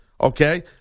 Okay